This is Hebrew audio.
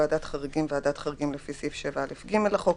"ועדת חריגים" ועדת חריגים לפי סעיף 7א(ג) לחוק,